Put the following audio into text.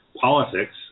politics